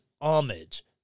homage